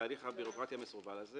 ההליך הביורוקרטי המסורבל הזה